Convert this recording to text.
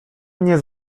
mnie